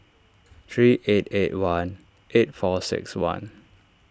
three eight eight one eight four six one